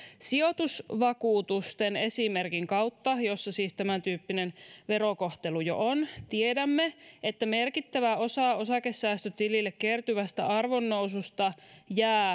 sijoitusvakuutusten esimerkin kautta jossa siis tämän tyyppinen verokohtelu jo on tiedämme että merkittävä osa osakesäästötilille kertyvästä arvonnoususta jää